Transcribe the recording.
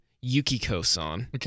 Yukiko-san